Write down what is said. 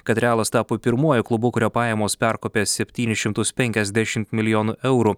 kad realas tapo pirmuoju klubu kurio pajamos perkopė septynis šimtus penkiasdešim milijonų eurų